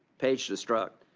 page to strzok.